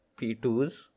P2s